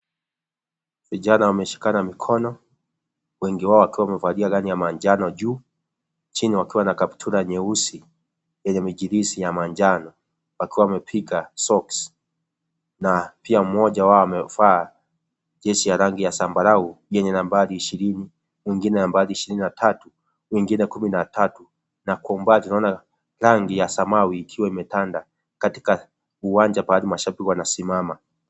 Vijana wameshikana mikono, wengi wao wakiwa wamevalia rangi ya manjano juu, chini wakiwa na kaptura nyeusi yenye michirizi ya manjano, wakiwa wamepiga soksi na pia mmoja wao amevaa jezi ya rangi ya zambarau yenye nambari ishirini mwingine nambari ishirini na tatu, mwingine kumi na tatu na kwa umbali tunaona rangi ya samawi ikiwa imetanda katika uwanja pahali mashabiki wanasimama.